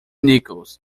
nichols